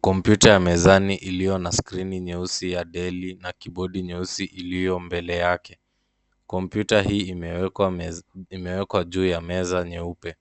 Kompyuta mezani iliyo na skrini nyeusi ya Dell na keyboard nyeusi iliyo mbele yake. Kompyuta hii imewekwa juu ya meza nyeupe.